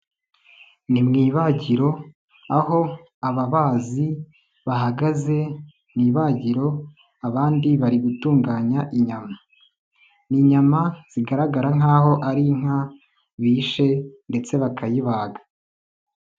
Ni mu ibagiro aho ababazi bahagaze mu ibagiro, abandi bari gutunganya inyama. Ni inyama zigaragara nkaho ari inka bishe ndetse bakayibaga.